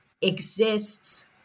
exists